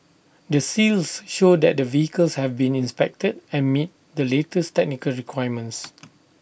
the seals show that the vehicles have been inspected and meet the latest technical requirements